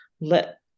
let